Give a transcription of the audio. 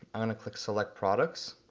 i'm gonna click select products,